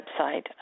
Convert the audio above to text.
website